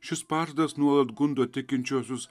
šis pažadas nuolat gundo tikinčiuosius